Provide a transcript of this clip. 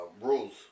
rules